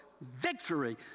victory